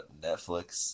Netflix